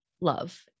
Love